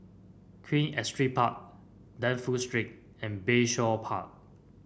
Queen Astrid Park Dafne Street and Bayshore Park